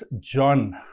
John